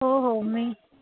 हो हो मी